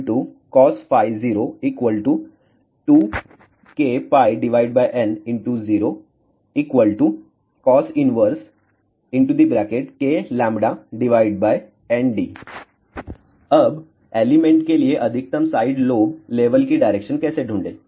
2πdcoso2kn0 cos 1knd अब element के लिए अधिकतम साइड लोब लेवल की डायरेक्शन कैसे ढूंढें